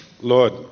Lord